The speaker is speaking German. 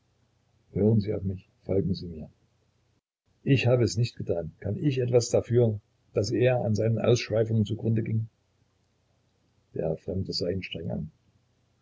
hören sie auf mich folgen sie mir ich habe es nicht getan kann ich etwas dafür daß er an seiner ausschweifung zu grunde ging der fremde sah ihn streng an